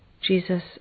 Jesus